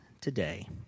today